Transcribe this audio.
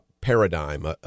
paradigm